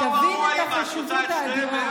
תבין את החשיבות האדירה.